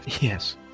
Yes